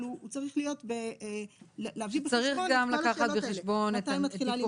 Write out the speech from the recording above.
אבל הוא צריך להביא בחשבון את כל השאלות האלה,